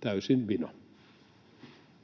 täysin vino.